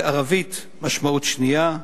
בערבית משמעות שנייה,